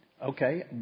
Okay